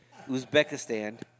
Uzbekistan